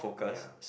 ya